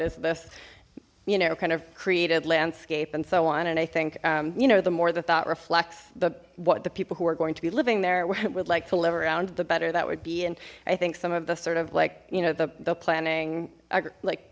is this you know kind of created landscape and so on and i think you know the more that that reflects the what the people who are going to be living there would like to live around the better that would be and i think some of the sort of like you know the the planning like